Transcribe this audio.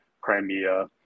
Crimea